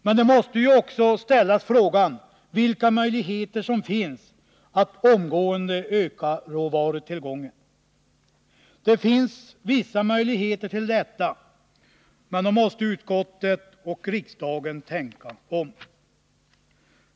Men man måste också fråga vilka möjligheter det finns att omedelbart öka råvarutillgången. Det finns vissa möjligheter, men då måste utskottet och riksdagen tänka om.